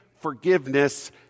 forgiveness